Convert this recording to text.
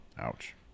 Ouch